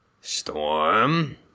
Storm